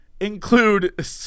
include